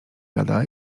gada